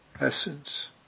essence